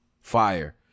fire